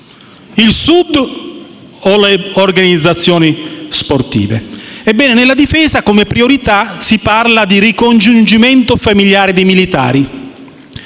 Il Sud o le organizzazioni sportive? Ebbene, per la difesa, come priorità, si parla di ricongiungimento familiare dei militari,